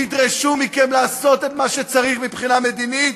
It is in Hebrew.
ידרשו מכם לעשות את מה שצריך מבחינה מדינית,